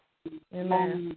Amen